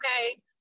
okay